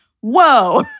whoa